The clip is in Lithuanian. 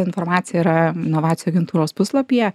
informacija yra novacijų agentūros puslapyje